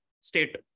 state